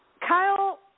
Kyle